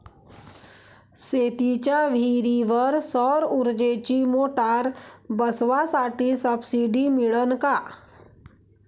शेतीच्या विहीरीवर सौर ऊर्जेची मोटार बसवासाठी सबसीडी मिळन का?